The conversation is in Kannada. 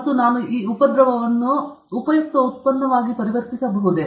ಮತ್ತು ನಾನು ಉಪದ್ರವವನ್ನು ಉಪಯುಕ್ತ ಉತ್ಪನ್ನವಾಗಿ ಪರಿವರ್ತಿಸಬಹುದೇ